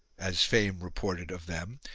as fame reported of them,